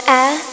air